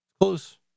Close